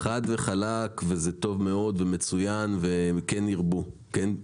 חד וחלק, וזה טוב מאוד ומצוין וכן תרבינה.